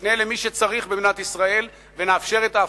נפנה למי שצריך במדינת ישראל ונאפשר את ההפצה.